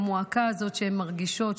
המועקה הזאת שהן מרגישות,